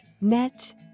net